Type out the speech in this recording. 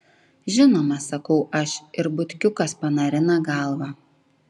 žinoma sakau aš ir butkiukas panarina galvą